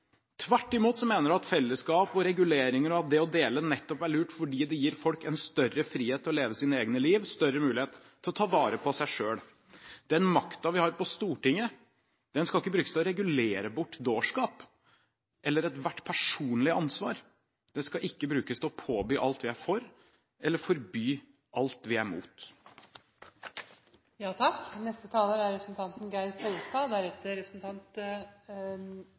Tvert imot mener jeg at fellesskap, reguleringer og det å dele, er lurt, nettopp fordi det gir folk en større frihet til å leve sine egne liv, større mulighet til å ta vare på seg selv. Den makten vi har på Stortinget, skal ikke brukes til å regulere bort dårskap eller ethvert personlig ansvar. Den skal ikke brukes til å påby alt vi er for, eller forby alt vi er